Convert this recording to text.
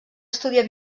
estudiar